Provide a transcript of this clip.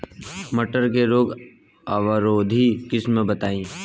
मटर के रोग अवरोधी किस्म बताई?